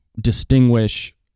distinguish